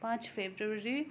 पाँच फेब्रुअरी